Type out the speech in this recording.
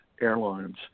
airlines